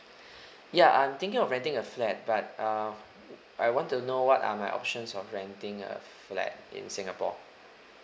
ya I'm thinking of renting a flat but uh I want to know what are my options of renting a flat in singapore